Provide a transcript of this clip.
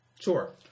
Sure